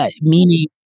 Meaning